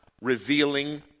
revealing